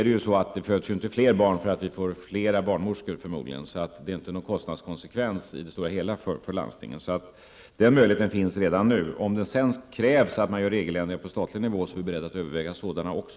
Det föds ju förmodligen inte fler barn för att vi får fler barnmorskor, så detta innebär inte någon kostnadskonskevens för landstingen i det stora hela. Denna möjlighet finns redan nu. Om det sedan krävs regeländringar på statlig nivå, är vi beredda att överväga sådana också.